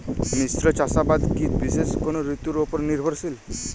মিশ্র চাষাবাদ কি বিশেষ কোনো ঋতুর ওপর নির্ভরশীল?